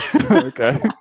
Okay